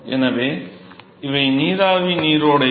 எனவே இவை நீராவி நீரோடைகள்